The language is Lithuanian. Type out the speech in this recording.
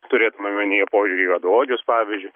turėtumėm omenyje požiūrį į juodaodžius pavyzdžiui